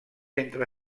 entre